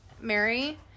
Mary